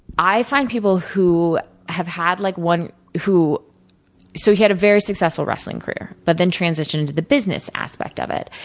i find people who have had like one so, he had a very successful wrestling career, but then transitioned to the business aspect of it.